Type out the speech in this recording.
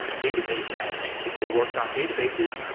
database admins if they worked on databases,